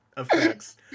effects